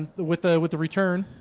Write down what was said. the with the with the return.